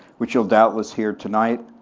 which you'll doubtless hear tonight,